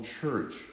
church